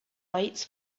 rights